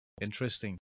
Interesting